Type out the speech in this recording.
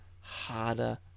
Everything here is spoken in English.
harder